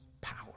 power